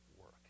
work